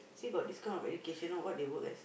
see got this kind of education all what they work as